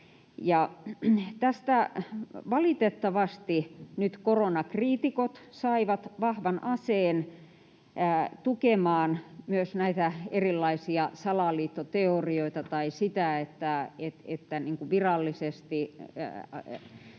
Tästä valitettavasti nyt koronakriitikot saivat vahvan aseen tukemaan myös näitä erilaisia salaliittoteorioita tai sitä, että virallisesti